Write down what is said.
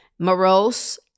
Morose